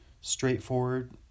straightforward